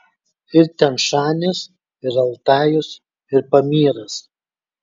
ir tian šanis ir altajus ir pamyras